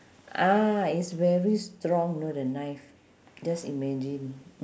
ah it's very strong you know the knife just imagine